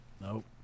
Nope